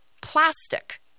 Plastic